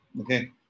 Okay